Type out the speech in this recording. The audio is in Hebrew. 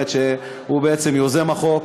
שהוא בעצם יוזם החוק,